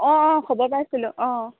অঁ অঁ খবৰ পাইছিলোঁ অঁ